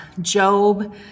Job